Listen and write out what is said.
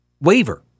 waiver